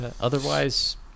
otherwise